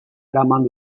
eraman